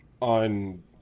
on